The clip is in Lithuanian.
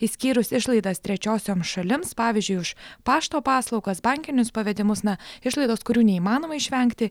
išskyrus išlaidas trečiosioms šalims pavyzdžiui už pašto paslaugas bankinius pavedimus na išlaidos kurių neįmanoma išvengti